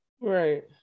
Right